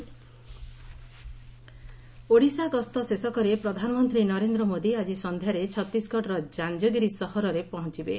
PM Chhattisgarh Odisha ଗସ୍ତ ଶେଷ କରି ପ୍ରଧାନମନ୍ତ୍ରୀ ନରେନ୍ଦ୍ର ମୋଦି ଆଜି ସନ୍ଧ୍ୟାରେ ଛତିଶଗଡର ଜାଞ୍ଜଗିରି ସହରରେ ପହଞ୍ଚବେ